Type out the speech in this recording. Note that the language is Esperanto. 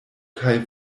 kaj